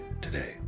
today